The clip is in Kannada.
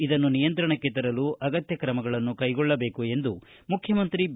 ಇದನ್ನು ನಿಯಂತ್ರಣಕ್ಕೆ ತರಲು ಅಗತ್ಯ ಕ್ರಮಗಳನ್ನು ಕೈಗೊಳ್ಳಬೇಕು ಎಂದು ಮುಖ್ಯಮಂತ್ರಿ ಬಿ